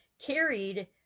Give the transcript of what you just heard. carried